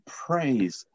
praise